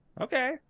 Okay